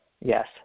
Yes